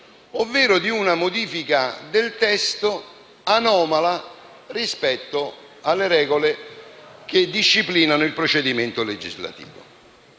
oppure di una modifica del testo anomala rispetto alle regole che disciplinano il procedimento legislativo.